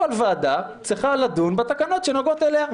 כל ועדה צריכה לדון בתקנות שנוגעות אליה.